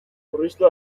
murriztu